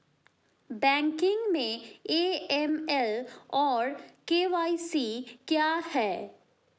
Banking में AML और KYC क्या हैं?